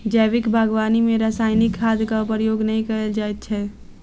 जैविक बागवानी मे रासायनिक खादक प्रयोग नै कयल जाइत छै